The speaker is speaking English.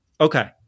Okay